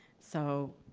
so